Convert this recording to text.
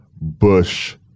Bush